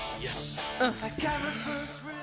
yes